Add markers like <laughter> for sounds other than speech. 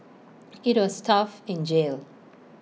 <noise> IT was tough in jail